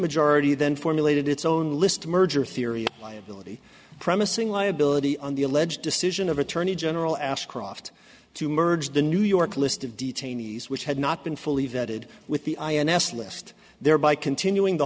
majority then formulated its own list to merger theory liability premising liability on the alleged decision of attorney general ashcroft to merge the new york list of detainees which had not been fully vetted with the ins list thereby continuing t